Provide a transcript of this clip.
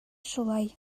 шулай